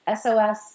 SOS